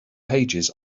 pages